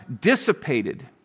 dissipated